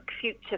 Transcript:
Future